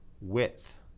width